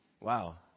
Wow